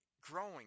growing